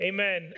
Amen